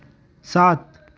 सात